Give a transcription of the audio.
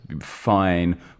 fine